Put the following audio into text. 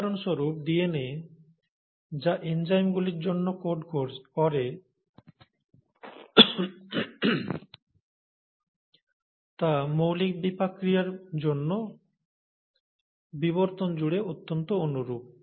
উদাহরণস্বরূপ ডিএনএ যা এনজাইমগুলির জন্য কোড করে তা মৌলিক বিপাক ক্রিয়ার জন্য বিবর্তন জুড়ে অত্যন্ত অনুরূপ